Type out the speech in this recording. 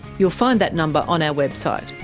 you'll find that number on our website.